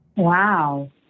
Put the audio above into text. Wow